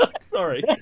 Sorry